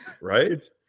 right